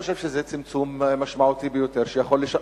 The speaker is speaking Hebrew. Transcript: אני חושב שזה צמצום משמעותי ביותר שיכול לשנות.